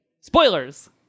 Spoilers